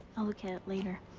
i'll look at it later.